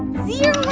zero